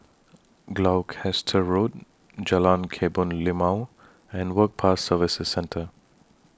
Gloucester Road Jalan Kebun Limau and Work Pass Services Centre